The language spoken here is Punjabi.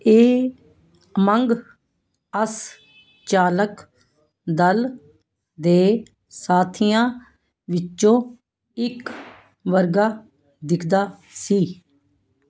ਇਹ ਅਮੰਗ ਅਸ ਚਾਲਕ ਦਲ ਦੇ ਸਾਥੀਆਂ ਵਿੱਚੋਂ ਇੱਕ ਵਰਗਾ ਦਿੱਖਦਾ ਸੀ